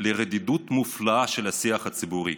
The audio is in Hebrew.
לרדידות מופלאה של השיח הציבורי.